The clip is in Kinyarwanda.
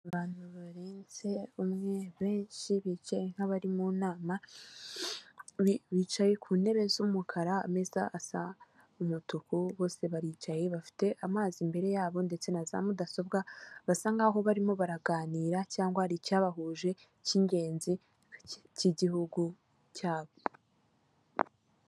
Abantu barenze umwe benshi bicaye nka bari mu nama, bicaye ku ntebe z'umukara, ameza asa umutuku, bose baricaye, bafite amazi imbere yabo ndetse na za mudasobwa, basa nkaho barimo baraganira cyangwa hari icyabahuje k'ingenzi k'igihugu cyabo.